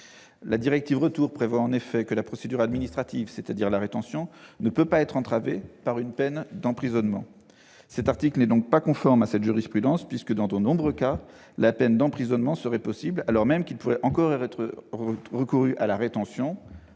La directive Retour prévoit en effet que la procédure administrative, c'est-à-dire la rétention, ne peut pas être entravée par une peine d'emprisonnement. L'article n'est pas conforme à cette jurisprudence, puisque, dans de nombreux cas, la peine d'emprisonnement serait possible quand bien même il pourrait encore être recouru à la rétention.